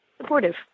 supportive